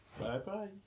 Bye-bye